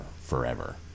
forever